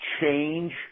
change